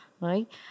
right